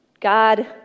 God